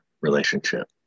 relationship